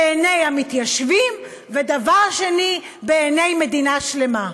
בעיני המתיישבים, ודבר שני, בעיני מדינה שלמה.